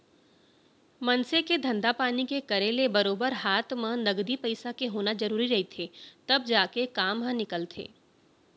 मनसे के धंधा पानी के करे ले बरोबर हात म नगदी पइसा के होना जरुरी रहिथे तब जाके काम ह निकलथे